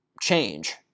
change